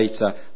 later